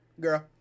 Girl